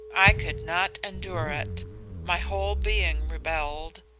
i could not endure it my whole being rebelled,